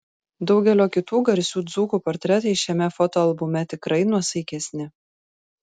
daugelio kitų garsių dzūkų portretai šiame fotoalbume tikrai nuosaikesni